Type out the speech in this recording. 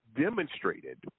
demonstrated